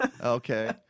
okay